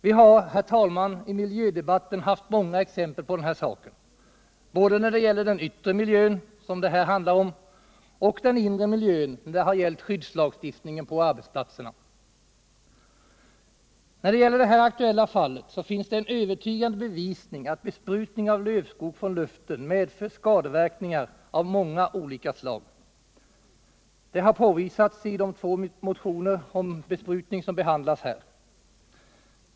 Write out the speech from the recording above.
Vi har, herr talman, i miljödebatten haft många exempel på den saken, både när det gäller den yttre miljön, som det här handlar om, och den inre miljön när det gäller skyddslagstiftning på arbetsplatserna. I det här aktuella fallet finns det en övertygande bevisning för att besprutningen av lövskog medför skadeverkningar av många olika slag. Det har påvisats i de två motioner om besprutning som behandlas här.